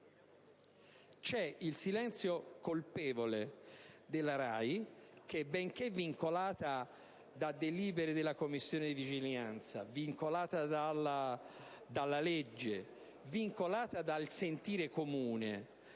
C'è il silenzio colpevole della RAI che, vincolata da delibere della Commissione di vigilanza, dalla legge, dal sentire comune